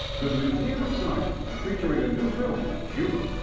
the museum of science, featuring a new film, cuba.